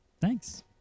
Thanks